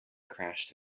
crashed